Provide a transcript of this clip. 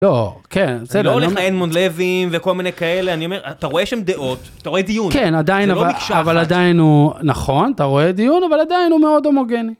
לא, כן, בסדר. לא, לך אדמונד לוים וכל מיני כאלה, אני אומר, אתה רואה שם דעות, אתה רואה דיון. זה לא מקשה אחת. כן, עדיין אבל עדיין הוא, נכון, אתה רואה דיון, אבל עדיין הוא מאוד הומוגני.